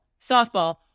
softball